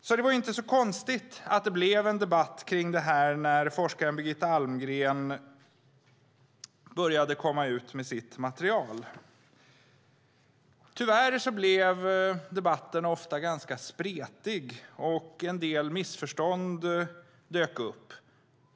Det var således inte så konstigt att det blev en debatt om det här när forskaren Birgitta Almgren började komma ut med sitt material. Tyvärr blev debatten ofta ganska spretig. En del missförstånd dök upp.